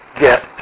get